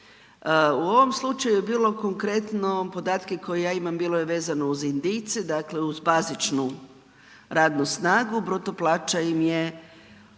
U ovoj slučaju je bilo konkretno, podatke koje ja imam bilo je vezano uz Indijce, dakle uz bazičnu radnu snagu, bruto plaća im je